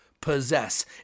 possess